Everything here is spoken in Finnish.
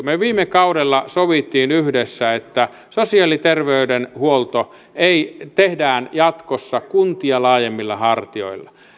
me viime kaudella sovimme yhdessä että sosiaali ja terveydenhuolto tehdään jatkossa kuntia laajemmilla hartioilla